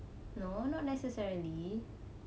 no not necessarily